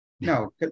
no